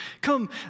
Come